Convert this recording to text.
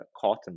cotton